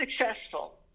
successful